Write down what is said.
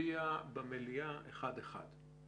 להצביע בוועדה אחת-אחת.